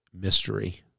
mystery